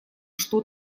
что